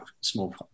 Small